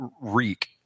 reek